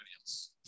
else